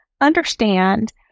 understand